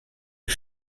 est